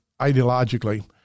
ideologically